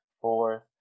fourth